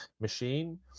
machine